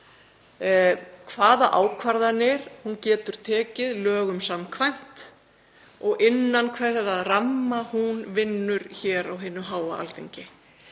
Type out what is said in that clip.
hvaða ákvarðanir hún getur tekið lögum samkvæmt og innan hvaða ramma hún vinnur hér á hinu háa Alþingi.